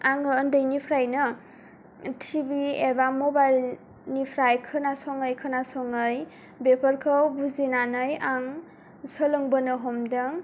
आङो ओन्दैनिफ्रायना टिभि बा मबाइलनिफ्राय खोनासङै खोनासङै बेफोरखौ बुजिनानै आं सोलोंबोनो हमदों